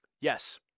Yes